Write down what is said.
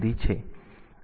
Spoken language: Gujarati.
તેથી તે શા માટે છે